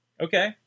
Okay